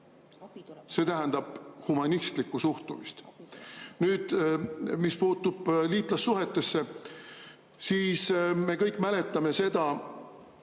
See tähendab humanistlikku suhtumist. Nüüd, mis puutub liitlassuhetesse, siis me kõik mäletame seda,